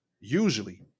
Usually